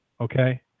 okay